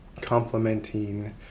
complementing